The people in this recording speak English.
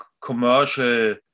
commercial